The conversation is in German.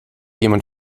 jemand